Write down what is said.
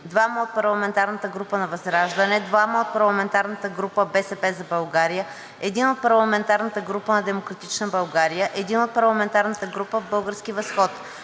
2 от парламентарната група ВЪЗРАЖДАНЕ, 2 от парламентарната група „БСП за България“, 1 от парламентарната група на „Демократична България“ и 1 от парламентарната група „Български възход“.